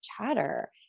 chatter